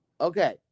okay